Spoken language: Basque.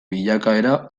bilakaera